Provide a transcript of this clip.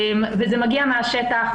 זה מגיע מהשטח,